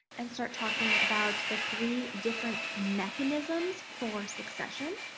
and start talking about the three different mechanisms for succession,